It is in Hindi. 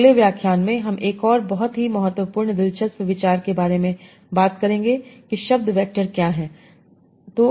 तो अगले व्याख्यान में हम एक और बहुत महत्वपूर्ण दिलचस्प विचार के बारे में बात करेंगे कि शब्द वैक्टर क्या हैं